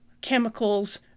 chemicals